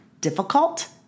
difficult